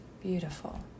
Beautiful